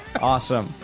Awesome